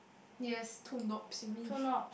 yes two knobs you mean